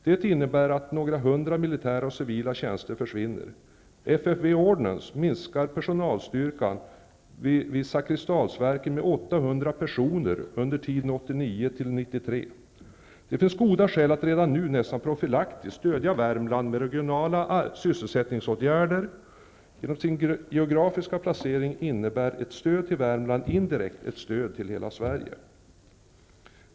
Det innebär att några hundra militära och civila tjänster försvinner. FFV Ordnance minskar personalstyrkan vid Zakrisdalsverken med 800 Det finnes goda skäl att redan nu -- nästan profylaktiskt stödja Värmland med regionala sysselsättningsåtgärder. Genom sin geografiska placering innebär ett stöd till Värmland indirekt ett stöd till hela Sverige.